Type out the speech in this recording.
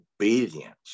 obedience